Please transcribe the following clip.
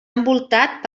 envoltat